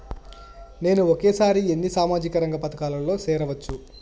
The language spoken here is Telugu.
నేను ఒకేసారి ఎన్ని సామాజిక రంగ పథకాలలో సేరవచ్చు?